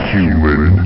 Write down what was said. Human